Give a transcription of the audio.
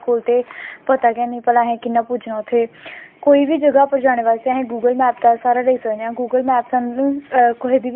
कोई बी कल्चर ऐ रैह्न सैह्न ऐ खान पीन ऐ जेह्का बी आक्को डोगरी च तां इसी गल्ल गी हर कोई मतलव अग्गैं लेनें दी कोशिश करै